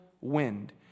wind